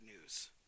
news